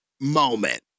moment